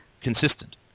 consistent